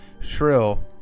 shrill